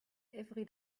every